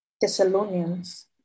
Thessalonians